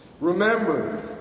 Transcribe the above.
Remember